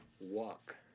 walk